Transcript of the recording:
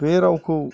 बे रावखौ